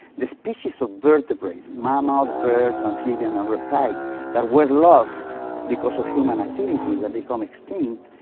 the species of vertebrates mammals, birds, amphibian, and reptiles that were lost because of human activities, have become extinct,